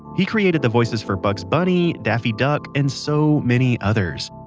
he created the voices for bugs bunny, daffy duck, and so many others.